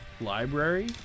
Library